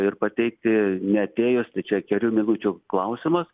ir pateikti neatėjus tai čia kelių minučių klausimas